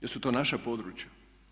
Jesu to naša područja?